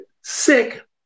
sick